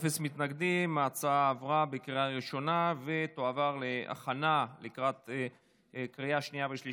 ההצעה להעביר את הצעת חוק סמכויות לאיסוף ואבחון